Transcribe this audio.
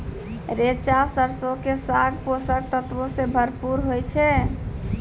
रैचा सरसो के साग पोषक तत्वो से भरपूर होय छै